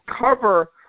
cover